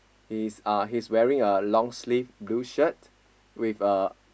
he's uh he's wearing a long sleeve blue shirt with a